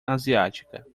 asiática